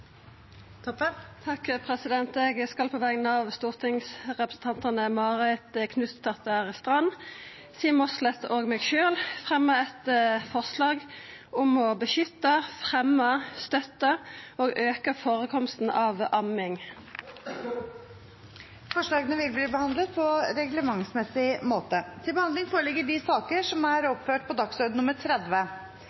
Toppe vil fremsette et representantforslag. Eg vil på vegner av representantane Marit Knutsdatter Strand, Siv Mossleth og meg sjølv fremja eit forslag om å beskytta, fremja, støtta og auka førekomsten av amming. Forslagene vil bli behandlet på reglementsmessig måte. Før sakene på dagens kart tas opp til behandling,